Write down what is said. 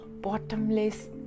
bottomless